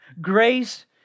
Grace